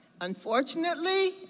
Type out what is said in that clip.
unfortunately